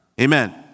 Amen